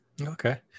okay